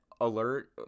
alert